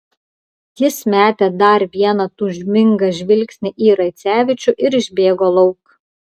jis metė dar vieną tūžmingą žvilgsnį į raicevičių ir išbėgo lauk